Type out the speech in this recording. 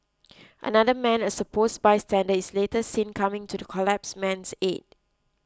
another man a suppose bystander is later seen coming to the collapse man's aid